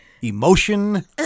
Emotion